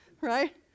right